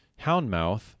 Houndmouth